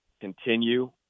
continue